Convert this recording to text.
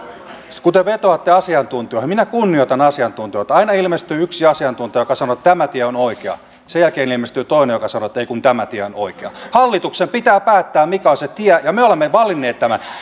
kun te vetoatte asiantuntijoihin minä kunnioitan asiantuntijoita aina ilmestyy yksi asiantuntija joka sanoo että tämä tie on oikea sen jälkeen ilmestyy toinen joka sanoo että ei kun tämä tie on oikea hallituksen pitää päättää mikä on se tie ja me olemme valinneet tämän